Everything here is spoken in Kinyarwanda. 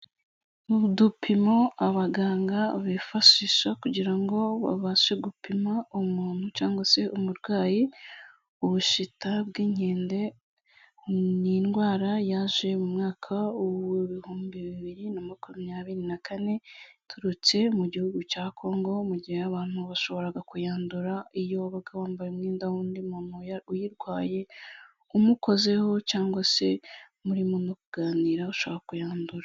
Udupimo abaganga bifashisha kugira ngo babashe gupima umuntu cyangwa se umurwayi, ubushita bw'inkende ni indwara yaje mu mwaka w'ibihumbi bibiri na makumyabiri na kane, iturutse mu gihugu cya Kongo, mu gihe abantu bashoboraga kuyandura, iyo wabaga wambaye umwenda w'undi muntu uyirwaye, umukozeho cyangwa se murimo no kuganira ushobora kuyandura.